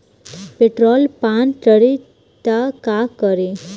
Petrol पान करी त का करी?